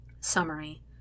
Summary